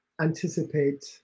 anticipate